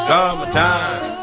Summertime